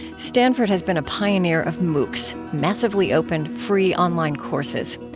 stanford has been a pioneer of moocs, massively open free online courses.